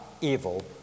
evil